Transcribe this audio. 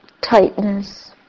tightness